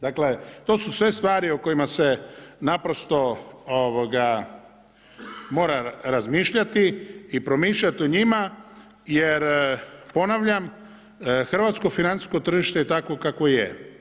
Dakle, to su sve stvari o kojima se naprosto mora razmišljati i promišljat o njima jer ponavljam, hrvatsko financijsko tržište je takvo kakvo je.